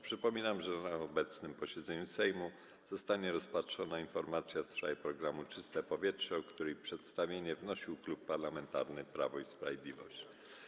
Przypominam, że na obecnym posiedzeniu Sejmu zostanie rozpatrzona informacja w sprawie programu „Czyste powietrze”, o której przedstawienie wnosił Klub Parlamentarny Prawo i Sprawiedliwość.